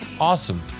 awesome